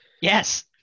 Yes